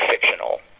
fictional